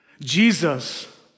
Jesus